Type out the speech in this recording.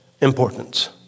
importance